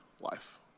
life